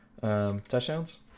Touchdowns